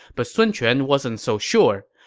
but sun quan wasn't so sure.